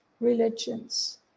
religions